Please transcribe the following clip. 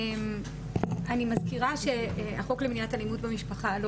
אני מזכירה שהחוק למניעת אלימות במשפחה לא